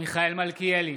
מיכאל מלכיאלי,